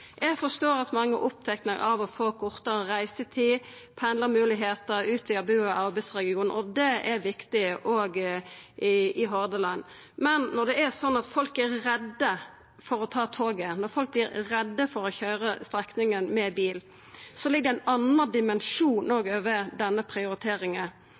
Eg forstår at mange er opptekne av å få kortare reisetid, pendlarmoglegheiter, utvida bu- og arbeidsregion. Det er viktig òg i Hordaland, men når det er slik at folk er redde for å ta toget, når folk vert redde for å køyra strekninga med bil, så ligg det òg ein annen dimensjon over denne prioriteringa.